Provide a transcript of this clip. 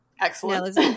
Excellent